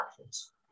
actions